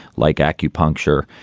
like acupuncture.